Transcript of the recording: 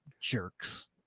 jerks